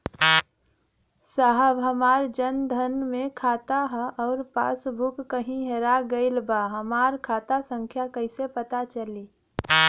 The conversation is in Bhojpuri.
साहब हमार जन धन मे खाता ह अउर पास बुक कहीं हेरा गईल बा हमार खाता संख्या कईसे पता चली?